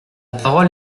parole